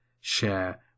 share